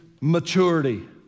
maturity